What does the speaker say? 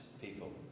people